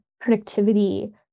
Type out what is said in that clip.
productivity